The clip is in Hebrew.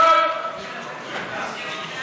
סעיף 8